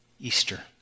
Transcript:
Easter